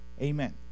amen